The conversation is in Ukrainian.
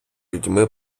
людьми